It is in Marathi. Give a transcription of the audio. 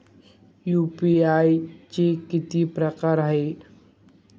यू.पी.आय चे किती प्रकार आहेत?